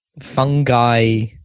fungi